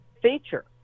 feature